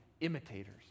imitators